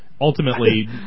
ultimately